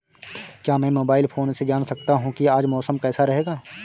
क्या मैं mobile phone से जान सकता हूँ कि आज मौसम कैसा रहेगा?